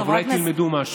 אבל אולי תלמדו משהו.